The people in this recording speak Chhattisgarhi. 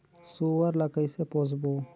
सुअर ला कइसे पोसबो?